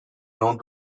known